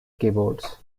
keyboards